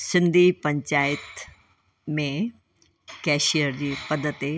सिंधी पंचायत में कैशियर जे पद ते